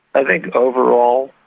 i think overall,